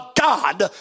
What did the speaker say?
God